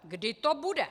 Kdy to bude?